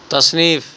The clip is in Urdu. تصنیف